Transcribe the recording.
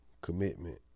commitment